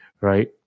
right